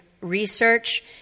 research